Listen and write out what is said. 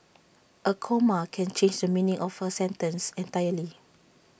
A comma can change the meaning of A sentence entirely